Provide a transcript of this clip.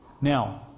Now